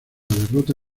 derrota